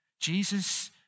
Jesus